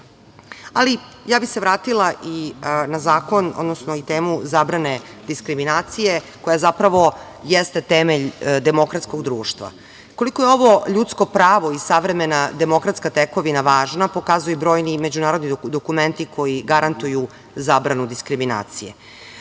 bih se na zakon i temu zabrane diskriminacije koja zapravo jeste temelj demokratskog društva. Koliko je ovo ljudsko pravo i savremena demokratska tekovina važna, pokazuju brojni međunarodni dokumenti koji garantuju zabranu diskriminacije.